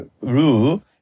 rule